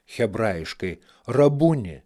hebrajiškai rabuni